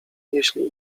jeśli